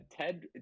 Ted